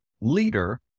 leader